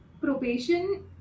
probation